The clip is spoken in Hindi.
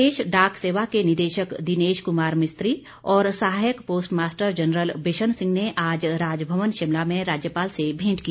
प्रदेश डाक सेवा के निदेशक दिनेश कुमार मिस्त्री और सहायक post master general Bishan Singh ने आज राजभवन शिमला में राज्यपाल से भेंट की